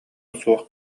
суох